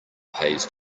pays